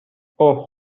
اوه